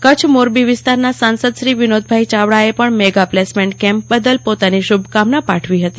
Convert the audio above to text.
કચ્છ મોરબી વિસ્તારના સાંસદ શ્રી વિનોદભાઈ ચાવડાએ પણ મેગા પ્લેસમેન્ટ કેમ્પ બદલ પોતાની શુભકામના પાઠવી હતી